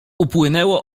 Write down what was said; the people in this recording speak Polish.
upłynęło